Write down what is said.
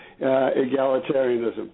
egalitarianism